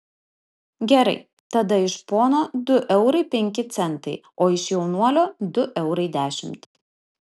gerai tada iš pono du eurai penki centai o iš jaunuolio du eurai dešimt